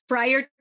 Prior